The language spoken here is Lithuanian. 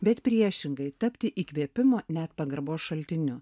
bet priešingai tapti įkvėpimo net pagarbos šaltiniu